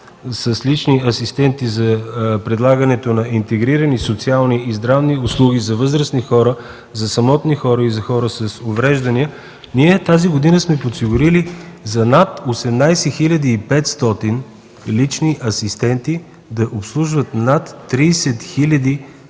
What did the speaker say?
с лични асистенти за предлагането на интегрирани социални здравни услуги за възрастни хора, за самотни хора и за хора с увреждания, ние тази година сме подсигурили над 18 500 лични асистенти да обслужват над 30